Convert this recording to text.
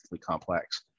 complex